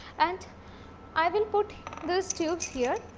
and i will put these tubes here.